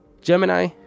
Gemini